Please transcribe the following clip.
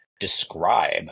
describe